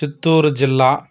చిత్తూరు జిల్లా